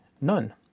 none